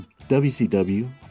WCW